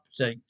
Update